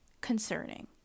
concerning